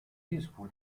useful